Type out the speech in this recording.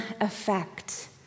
effect